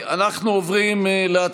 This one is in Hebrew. שאגב,